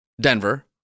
Denver